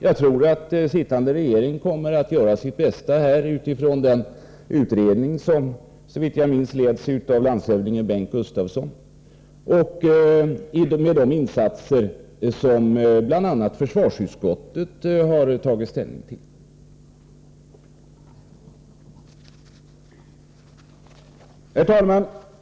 Jag tror att sittande regering kommer att göra sitt bästa på grundval av den utredning som, om jag minns rätt, leds av landshövding Bengt Gustavsson, och med de insatser som bl.a. försvarsutskottet har tagit ställning till. Herr talman!